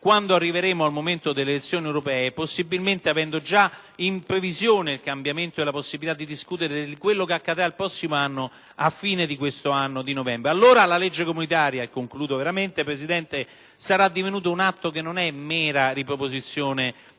quando arriveremo al momento delle elezioni europee e, possibilmente, avendo già in previsione il cambiamento e la possibilità di discutere di quello che accadrà il prossimo anno, alla fine di quello in corso, a novembre. Allora la legge comunitaria - e concludo veramente, signor Presidente - sarà divenuta un atto non di mera riproposizione